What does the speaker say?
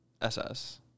SS